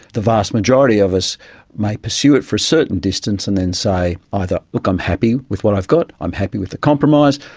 the vast majority of us may pursue it for a certain distance and then say either, look, i'm happy with what i've got, i'm happy with the compromise',